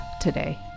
today